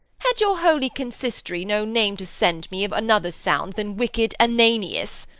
had your holy consistory no name to send me, of another sound, than wicked ananias?